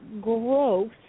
growth